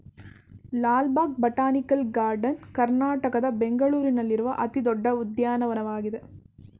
Lal Bagh botanical garden ಕರ್ನಾಟಕದ ಬೆಂಗಳೂರಿನಲ್ಲಿರುವ ಅತಿ ದೊಡ್ಡ ಉದ್ಯಾನವನವಾಗಿದೆ